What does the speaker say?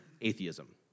atheism